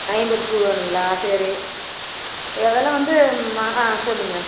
ஐம்பது பூ வேணுங்களா சரி இதெல்லாம் வந்து ம் ஆ ஆ சொல்லுங்கள்